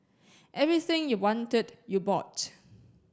everything you wanted you bought